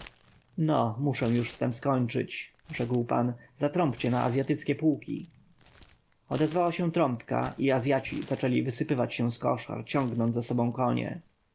no muszę już z tem skończyć rzekł pan zatrąbcie na azjatyckie pułki odezwała się trąbka i azjaci zaczęli wysypywać się z koszar ciągnąc za sobą konie